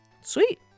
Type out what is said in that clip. Sweet